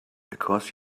because